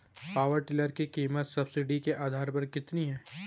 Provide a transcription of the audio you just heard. Power tiller की कीमत subsidy के आधार पर कितनी है?